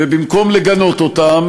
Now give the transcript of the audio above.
ובמקום לגנות אותם